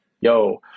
yo